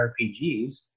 RPGs